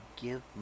give